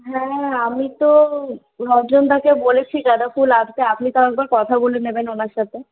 হ্যাঁ আমি তো সজ্জনদাকে বলেছি যাদবপুর আসতে আপনি তাও একবার কথা বলে নেবেন ওনার সাথে